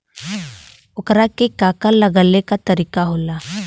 ओकरा के का का लागे ला का तरीका होला?